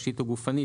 נפשית או גופנית",